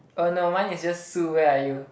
oh no mine is just Sue where are you